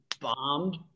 bombed